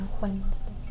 Wednesday